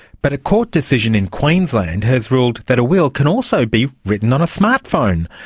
but a court decision in queensland has ruled that a will can also be written on a smart phone.